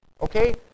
okay